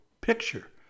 picture